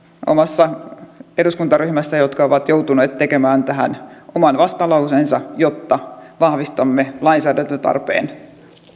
omassa eduskuntaryhmässä tovereita jotka ovat joutuneet tekemään tähän oman vastalauseensa jotta vahvistamme lainsäädäntötarpeen